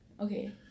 Okay